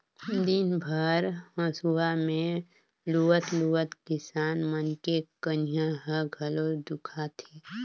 दिन भर हंसुआ में लुवत लुवत किसान मन के कनिहा ह घलो दुखा थे